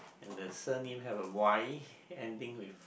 and the surname has a Y ending with